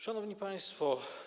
Szanowni Państwo!